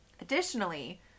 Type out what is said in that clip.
Additionally